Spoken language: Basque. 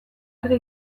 argi